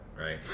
right